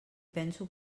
penso